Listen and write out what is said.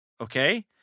Okay